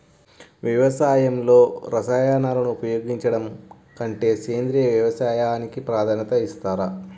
వ్యవసాయంలో రసాయనాలను ఉపయోగించడం కంటే సేంద్రియ వ్యవసాయానికి ప్రాధాన్యత ఇస్తారు